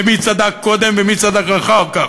ומי צדק קודם ומי צדק אחר כך,